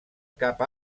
cap